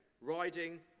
riding